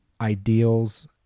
ideals